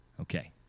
Okay